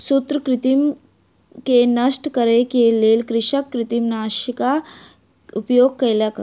सूत्रकृमि के नष्ट करै के लेल कृषक सूत्रकृमिनाशकक उपयोग केलक